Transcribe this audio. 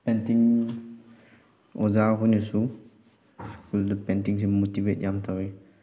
painting ꯑꯣꯖꯥ ꯍꯣꯏꯅꯁꯨ ꯁ꯭ꯀꯨꯜꯗ ꯄꯦꯟꯇꯤꯡꯁꯦ ꯃꯨꯇꯤꯚꯦꯠ ꯌꯥꯝ ꯇꯧꯏ